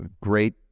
great